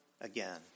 again